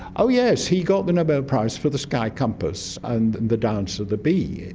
oh yes, he got the nobel prize for the sky compass, and the dance of the bee.